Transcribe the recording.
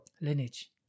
lineage